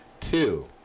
Two